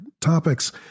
topics